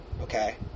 okay